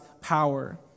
power